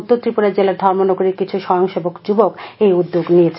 উত্তর ত্রিপুরা জেলার ধর্মনগরের কিছু স্বয়ংসেবক যুবক এই উদ্যোগ নিয়েছেন